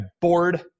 bored